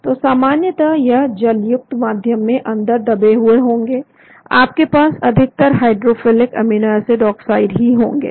तो सामान्यतः यह जलयुक्त माध्यम में अंदर दबे हुए होंगे आपके पास अधिकतर हाइड्रोफिलिक एमिनो एसिड ऑक्साइड ही होंगे